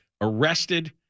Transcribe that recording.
arrested